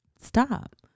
Stop